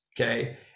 okay